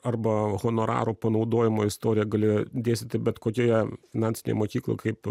arba honorarų panaudojimo istoriją gali dėstyti bet kokioje finansinėj mokykloj kaip